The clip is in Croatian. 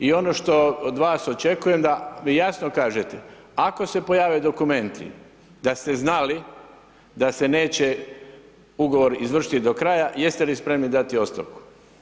I ono što od vas očekujem da mi jasno kažete, ako se pojave dokumenti da ste znali da se neće ugovor izvršiti do kraja, jeste li spremni dati ostavku?